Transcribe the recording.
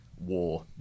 war